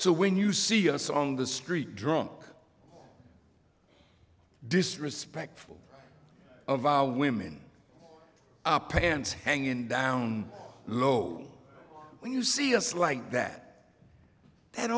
so when you see us on the street drunk disrespectful of our women our pants hanging down the road when you see us like that and